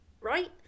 right